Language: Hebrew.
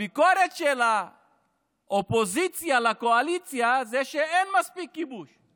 הביקורת של האופוזיציה על הקואליציה זה שאין מספיק כיבוש ,